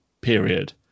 period